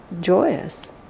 joyous